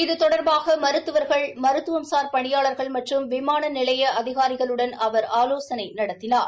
இது தொடர்பாக மருத்துவவர்கள் மருத்துவசார் பணியாளர்கள் மற்றும் விமா நிலைய அதிகாரிகளுக்கு அவர் ஆலோசனை நடத்தினார்